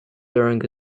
during